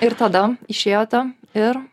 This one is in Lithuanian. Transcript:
ir tada išėjote ir